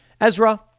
Ezra